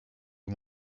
you